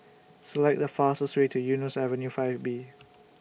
Select The fastest Way to Eunos Avenue five B